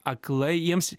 aklai jiems